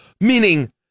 meaning